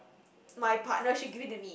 my partner should give in to me